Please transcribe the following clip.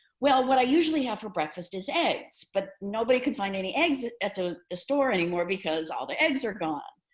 well, what i usually have for breakfast is eggs, but nobody could find any eggs at at the the store anymore because all the eggs are gone.